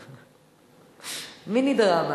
מיני-דרמה.